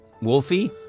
Wolfie